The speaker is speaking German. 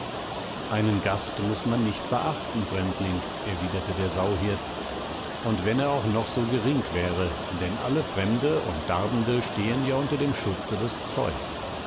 einen gast muß man nicht verachten fremdling erwiderte der sauhirt und wenn er auch noch so gering wäre denn alle fremde und darbende stehen ja unter dem schutze des zeus